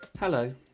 Hello